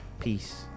Peace